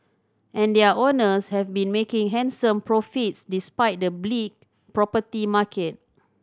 and their owners have been making handsome profits despite the bleak property market